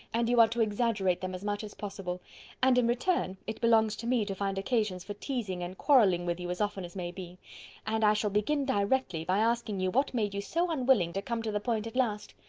and you are to exaggerate them as much as possible and, in return, it belongs to me to find occasions for teasing and quarrelling with you as often as may be and i shall begin directly by asking you what made you so unwilling to come to the point at last.